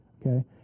Okay